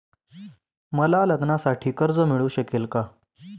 मला लग्नासाठी कर्ज मिळू शकेल का?